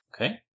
Okay